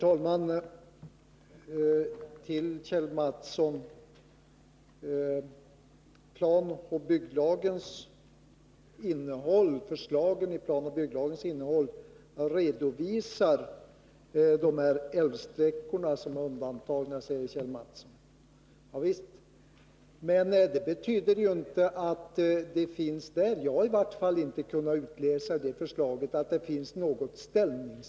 Herr talman! Förslaget till planoch bygglag redovisar de älvsträckor som är undantagna, säger Kjell Mattsson. Ja vis st, men det betyder inte att det där finns något ställningstagande beträffande fortsatta eller nya undantag.